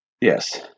Yes